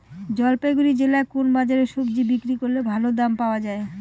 জলপাইগুড়ি জেলায় কোন বাজারে সবজি বিক্রি করলে ভালো দাম পাওয়া যায়?